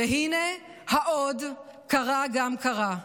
והינה, ה"עוד" קרה גם קרה.